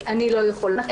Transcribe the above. אני לא יכולה.